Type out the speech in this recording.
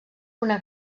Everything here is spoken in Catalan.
una